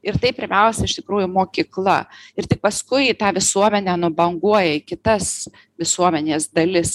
ir tai pirmiausia iš tikrųjų mokykla ir tik paskui į tą visuomenę nubanguoja į kitas visuomenės dalis